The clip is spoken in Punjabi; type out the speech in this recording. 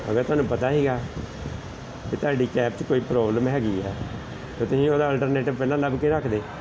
ਅਗਰ ਤੁਹਾਨੂੰ ਪਤਾ ਸੀਗਾ ਕਿ ਤੁਹਾਡੀ ਕੈਬ 'ਚ ਕੋਈ ਪ੍ਰੋਬਲਮ ਹੈਗੀ ਆ ਤਾਂ ਤੁਸੀਂ ਉਹਦਾ ਅਲਟਰਨੇਟਿਵ ਪਹਿਲਾਂ ਲੱਭ ਕੇ ਰੱਖਦੇ